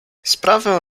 sprawę